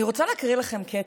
אני רוצה להקריא לכם קטע,